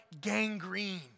gangrene